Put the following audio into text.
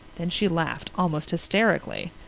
then she laughed almost hysterically.